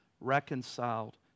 reconciled